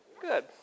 Good